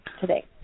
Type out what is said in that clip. today